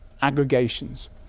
aggregations